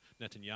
Netanyahu